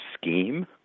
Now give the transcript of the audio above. scheme